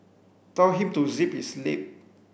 tell him to zip his lip